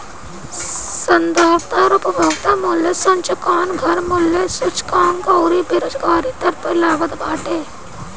संदर्भ दर उपभोक्ता मूल्य सूचकांक, घर मूल्य सूचकांक अउरी बेरोजगारी दर पअ लागत बाटे